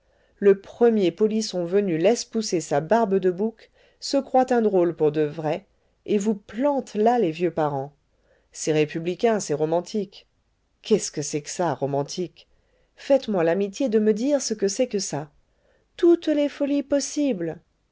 le premier polisson venu laisse pousser sa barbe de bouc se croit un drôle pour de vrai et vous plante là les vieux parents c'est républicain c'est romantique qu'est-ce que c'est que ça romantique faites-moi l'amitié de me dire ce que c'est que ça toutes les folies possibles